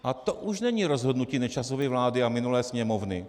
A to už není rozhodnutí Nečasovy vlády a minulé Sněmovny.